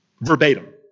Verbatim